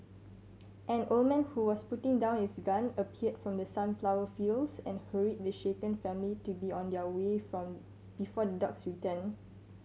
an old man who was putting down his gun appeared from the sunflower fields and hurried the shaken family to be on their way from before the dogs return